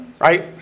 Right